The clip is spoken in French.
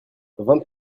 vingt